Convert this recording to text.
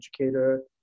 educator